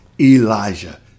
Elijah